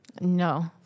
No